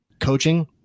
coaching